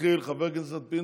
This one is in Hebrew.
הצעות לסדר-היום